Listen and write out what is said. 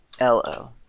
lo